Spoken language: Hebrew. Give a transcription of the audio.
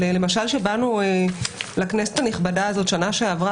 אבל למשל כשבאנו לכנסת הנכבדה הזאת בשנה שעברה